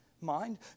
mind